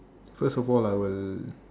first of all I will